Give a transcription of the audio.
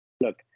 look